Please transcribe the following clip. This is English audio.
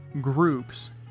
groups